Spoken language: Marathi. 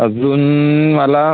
अजून मला